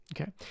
okay